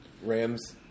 Rams